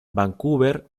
vancouver